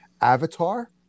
Avatar